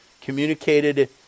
communicated